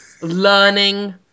Learning